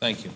thank you